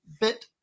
bit